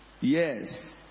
Yes